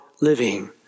living